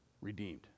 redeemed